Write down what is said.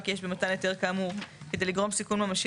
כי יש במתן היתר כאמור כדי לגרום סיכון ממשי